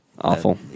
Awful